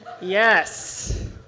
Yes